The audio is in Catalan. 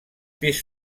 pis